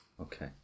Okay